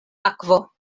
akvo